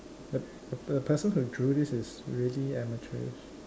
the the person who drew this is really amateurish